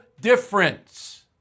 difference